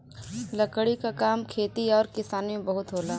लकड़ी क काम खेती आउर किसानी में बहुत होला